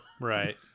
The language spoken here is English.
right